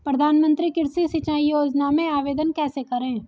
प्रधानमंत्री कृषि सिंचाई योजना में आवेदन कैसे करें?